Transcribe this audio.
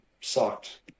sucked